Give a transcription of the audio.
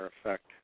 effect